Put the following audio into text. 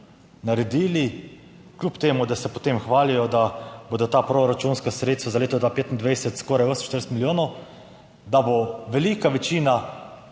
naredili, kljub temu, da se potem hvalijo, da bodo ta proračunska sredstva za leto 2025 skoraj 48 milijonov, da bo velika večina